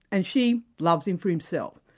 and she loves him for himself.